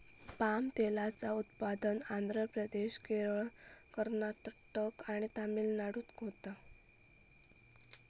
palm तेलाचा उत्पादन आंध्र प्रदेश, केरळ, कर्नाटक आणि तमिळनाडूत होता